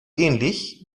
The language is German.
ähnlich